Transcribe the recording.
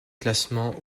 classements